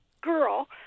girl